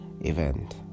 event